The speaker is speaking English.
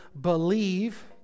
Believe